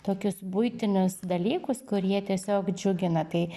tokius buitinius dalykus kurie tiesiog džiugina tai